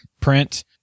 print